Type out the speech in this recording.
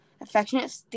affectionate